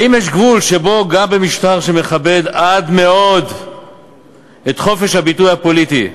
האם יש גבול שבו גם במשטר שמכבד עד מאוד את חופש הביטוי הפוליטי,